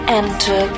enter